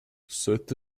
cette